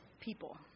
people